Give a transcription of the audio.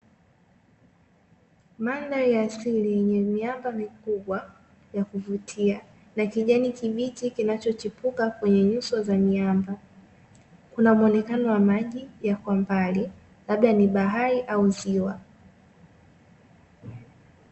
Mandhari asili yenye miamba mikubwa ya kuvutia na kijani kibichi kinachochepuka kwenye nyuso za miamba, kuna muonekano wa maji ya kwa mbali labda ni bahari au ziwa.